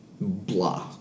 blah